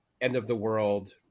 end-of-the-world